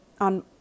on